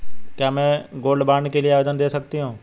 क्या मैं gold bond के लिए आवेदन दे सकती हूँ?